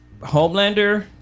Homelander